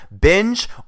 binge